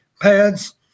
pads